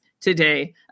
today